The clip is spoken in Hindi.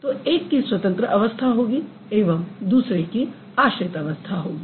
तो एक की स्वतंत्र अवस्था होगी एवं दूसरे की आश्रित अवस्था होगी